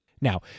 Now